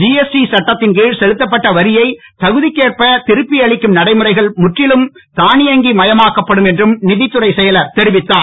திஎஸ்டி சட்டத்தின் கீழ் செலுத்தப்பட்ட வரியை தகுநிக்கேற்ப திருப்பியளிக்கும் நடைமுறைகள் முற்றிலும் தானியங்கி மயமாக்கப்படும் என்றும் நிதித்துறைச் செயலர் தெரிவித்தார்